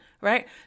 right